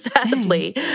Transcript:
Sadly